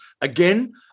Again